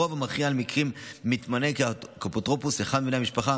ברוב המכריע של המקרים מתמנה אחד מבני המשפחה